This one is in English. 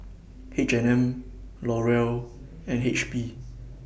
H and M L'Oreal and H P